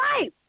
life